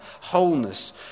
wholeness